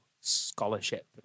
scholarship